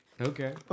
okay